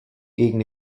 gegen